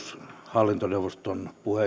hallintoneuvoston emerituspuheenjohtaja yle